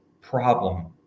problem